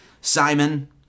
Simon